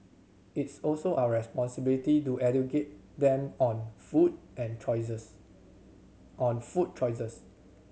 it's also our responsibility to educate them on food and choices on food choices